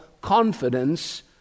confidence